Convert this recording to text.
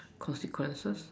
consequences